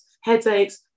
headaches